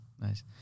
Nice